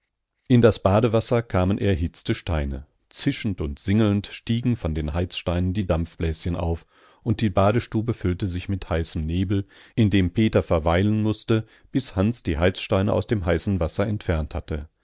in das badewasser kamen erhitzte steine zischend und singelnd stiegen von den heizsteinen die dampfbläschen auf und die badestube füllte sich mit heißem nebel in dem peter verweilen mußte bis hans die heizsteine aus dem heißen wasser entfernt hatte